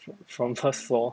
fro~ from first floor